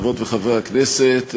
חברות וחברי הכנסת,